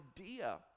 idea